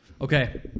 okay